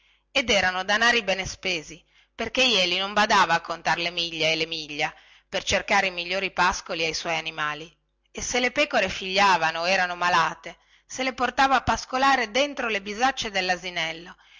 ed erano danari bene spesi chè jeli non badava a contar le miglia e le miglia per cercare i migliori pascoli ai suoi animali e se le pecore figliavano o erano malate se le portava a pascolare dentro le bisacce dellasinello